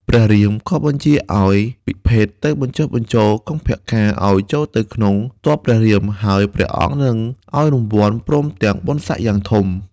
ព្រះរាមក៏បញ្ជាឱ្យពិភេកទៅបញ្ចុះបញ្ចូលកុម្ពកាណ៍ឱ្យចូលទៅក្នុងទ័ពព្រះរាម ហើយ ព្រះអង្គនឹងឱ្យរង្វាន់ ព្រមទាំងបុណ្យសក្តិយ៉ាងធំ។